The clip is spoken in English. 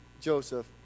Joseph